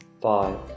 five